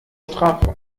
strafe